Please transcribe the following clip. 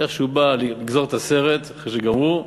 איך שהוא בא לגזור את הסרט, אחרי שגמרו,